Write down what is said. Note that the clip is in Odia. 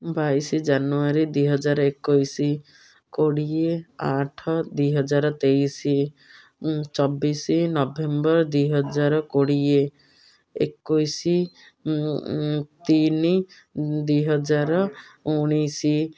ବାଇଶ ଜାନୁଆରୀ ଦୁଇହଜାର ଏକୋଇଶ କୋଡ଼ିଏ ଆଠ ଦୁଇହଜାର ତେଇଶ ଚବିଶ ନଭେମ୍ବର ଦୁଇହଜାର କୋଡ଼ିଏ ଏକୋଇଶ ତିନି ଦୁଇହଜାର ଉଣେଇଶ